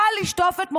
קל לשטוף את מוחם.